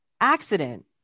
accident